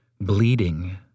bleeding